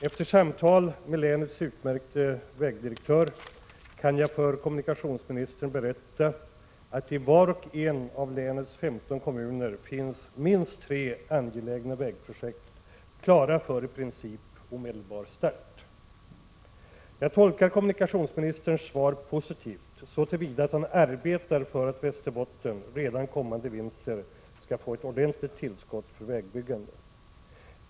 Efter samtal med länets utmärkte vägdirektör kan jag för kommunikationsministern berätta att i var och en av länets 15 kommuner finns det minst 3 angelägna vägprojekt som i princip är klara för omedelbar start. Jag tolkar kommunikationsministerns svar som positivt, så till vida som man arbetar för att Västerbotten redan kommande vinter skall få ett ordentligt tillskott för vägbyggande.